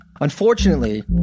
Unfortunately